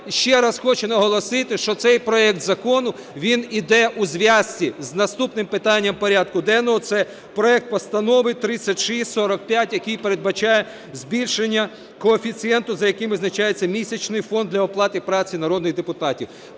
ще раз хочу наголосити, що цей проект закону, він іде у зв'язці з наступним питання порядку денного – це проект Постанови 3645, який передбачає збільшення коефіцієнту, за яким визначається місячний фонд для оплати праці народних депутатів.